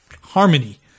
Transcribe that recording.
Harmony